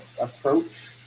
approach